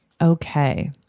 Okay